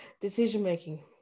decision-making